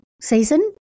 season